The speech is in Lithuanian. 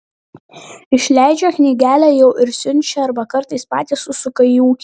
išleidžia knygelę jau ir siunčia arba kartais patys užsuka į ūkį